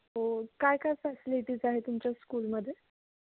हो काय काय फॅसिलिटीज आहे तुमच्या स्कूलमध्ये